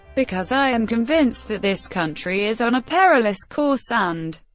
because i am convinced that this country is on a perilous course and,